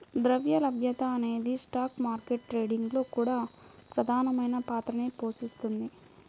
ద్రవ్య లభ్యత అనేది స్టాక్ మార్కెట్ ట్రేడింగ్ లో కూడా ప్రధానమైన పాత్రని పోషిస్తుంది